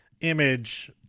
image